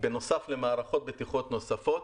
בנוסף למערכות בטיחות נוספות.